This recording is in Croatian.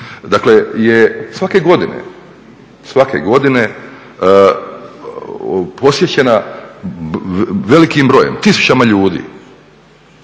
dakle je svake godine posjećena velikim brojem, tisućama ljudi